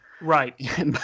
Right